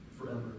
forever